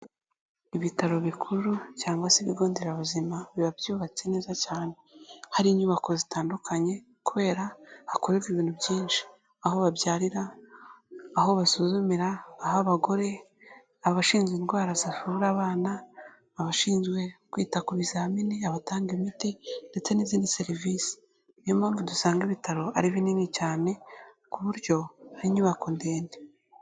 Ibitaro bikuru cyangwa se ibigo nderabuzima biba byubatse neza cyane, hari inyubako zitandukanye kubera hakorerwa ibintu byinshi aho babyarira, aho basuzumira, ah'abagore, abashinzwe indwara zivura abana, abashinzwe kwita ku bizamini, abatanga imiti ndetse n'izindi serivisi. Ni yo mpamvu dusanga ibitaro ari binini cyane ku buryo hari inyubako ndende.